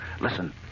Listen